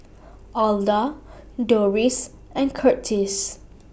Alda Dorris and Curtiss